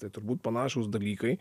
tai turbūt panašūs dalykai